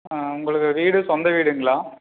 ஆ உங்களுக்கு வீடு சொந்த வீடுங்களா